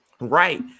Right